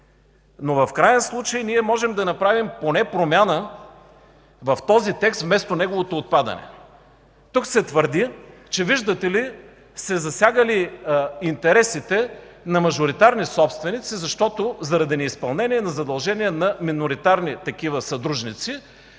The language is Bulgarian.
но в краен случай можем да направим поне промяна в този текст, вместо неговото отпадане. Тук се твърди, че, виждате ли, се засягали интересите на мажоритарни собственици, защото заради неизпълнение на задължения на миноритарни такива съдружници